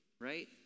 right